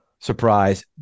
Surprise